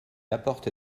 apporte